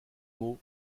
mot